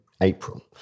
April